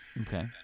Okay